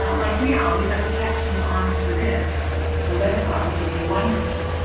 like now, we've got the captioning on for this the webinar which is wonderful.